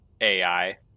AI